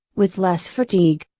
with less fatigue.